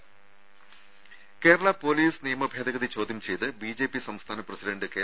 രുര കേരള പൊലീസ് നിയമ ഭേദഗതി ചോദ്യം ചെയ്ത് ബിജെപി സംസ്ഥാന പ്രസിഡന്റ് കെ